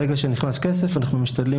ברגע שנכנס כסף אנחנו משתדלים,